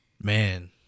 man